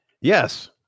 Yes